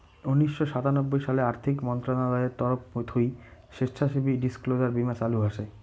উনিশশো সাতানব্বই সালে আর্থিক মন্ত্রণালয়ের তরফ থুই স্বেচ্ছাসেবী ডিসক্লোজার বীমা চালু হসে